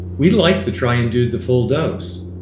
we'd like to try and do the full dose.